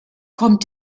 kommt